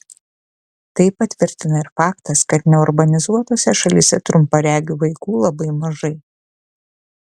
tai patvirtina ir faktas kad neurbanizuotose šalyse trumparegių vaikų labai mažai